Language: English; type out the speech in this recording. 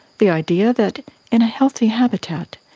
the idea that in a healthy habitat,